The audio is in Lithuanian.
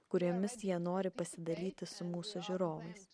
kuriomis jie nori pasidalyti su mūsų žiūrovais